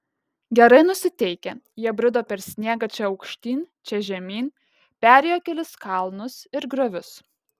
gerai nusiteikę jie brido per sniegą čia aukštyn čia žemyn perėjo kelis kalnus ir griovius